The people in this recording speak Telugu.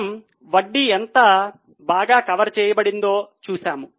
మనం వడ్డీ ఎంత బాగా కవర్ చేయబడిందో చూస్తాము